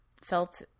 felt